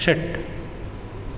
षट्